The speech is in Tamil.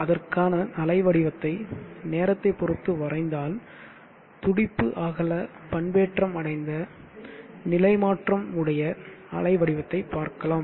அதற்கான அலைவடிவத்தை நேரத்தை பொறுத்து வரைந்தால் துடிப்பு அகல பண்பேற்றம் அடைந்த நிலை மாற்றம் உடைய அலைவடிவத்தை பார்க்கலாம்